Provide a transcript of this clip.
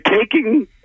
taking